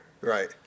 Right